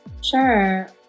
Sure